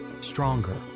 stronger